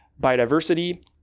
biodiversity